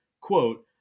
quote